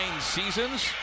seasons